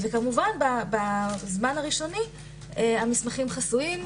כמובן בזמן הראשוני המסמכים חסויים,